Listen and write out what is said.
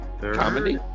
Comedy